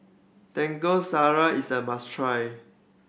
Taco is a must try